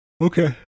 Okay